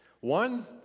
One